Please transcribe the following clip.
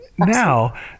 now